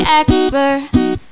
experts